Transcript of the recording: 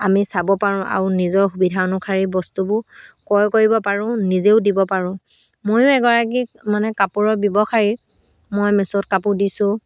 আমি চাব পাৰোঁ আৰু নিজৰ সুবিধা অনুসৰি বস্তুবোৰ ক্ৰয় কৰিব পাৰোঁ নিজেও দিব পাৰোঁ ময়ো এগৰাকী মানে কাপোৰৰ ব্যৱসায়ী মই মিচ'ত কাপোৰ দিছোঁ